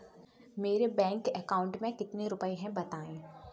मेरे bank account में कितने रुपए हैं बताएँ?